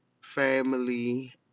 family